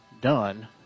done